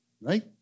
right